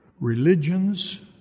religions